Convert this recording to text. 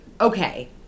okay